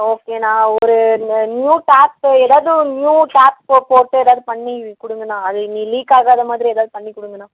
ஓகேண்ணா ஒரு இந்த நியூ டேப் ஏதாவது ஒரு நியூ டேப்பை போட்டு ஏதாவது பண்ணி கொடுங்கண்ணா அது இனி லீக் ஆகாத மாதிரி எதாவது பண்ணி கொடுங்கண்ணா